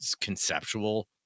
conceptual